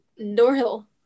norhill